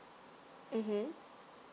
mm